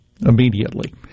immediately